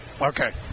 Okay